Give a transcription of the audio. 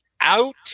out